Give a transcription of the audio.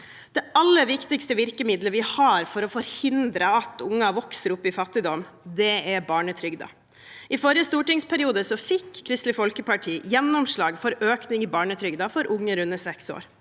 Det aller viktigste virkemidlet vi har for å forhindre at unger vokser opp i fattigdom, er barnetrygden. I forrige stortingsperiode fikk Kristelig Folkeparti gjennomslag for økning i barnetrygden for unger under seks år.